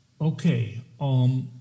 Okay